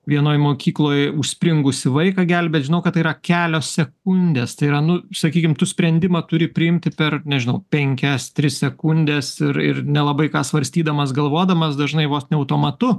vienoj mokykloj užspringusį vaiką gelbėt žinau kad tai yra kelios sekundės yra nu sakykim tu sprendimą turi priimti per nežinau penkias tris sekundes ir ir nelabai ką svarstydamas galvodamas dažnai vos ne automatu